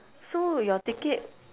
so your ticket